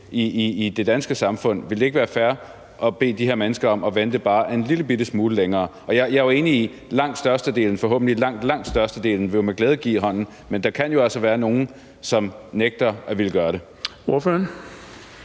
i det danske samfund, ville det så ikke være fair at bede de her mennesker om at vente bare en lillebitte smule længere? Jeg er enig i, at forhåbentlig langt størstedelen med glæde vil give hånden, men der kan jo altså være nogle, som nægter at ville gøre det.